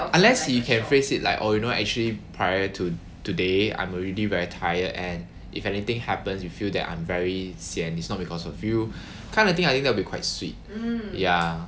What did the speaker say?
unless he can phrase it like oh you know actually prior to today I'm already very tired and if anything happens you feel that I'm very sian it's not because you kind of thing I think it'll be quite sweet ya